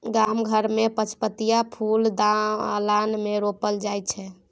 गाम घर मे पचपतिया फुल दलान मे रोपल जाइ छै